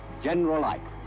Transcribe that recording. general ike.